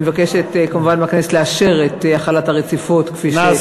אני מבקשת כמובן מהכנסת לאשר את החלת דין הרציפות כפי שקראתי.